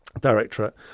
directorate